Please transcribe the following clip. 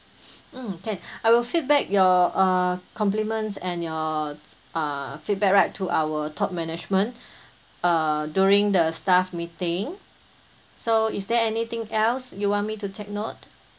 mm can I will feedback your uh compliments and your uh feedback right to our top management uh during the staff meeting so is there anything else you want me to take note